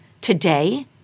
today